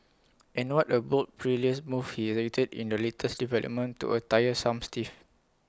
and what A bold perilous move he executed in the latest development to A tiff